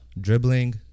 dribbling